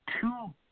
two